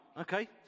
okay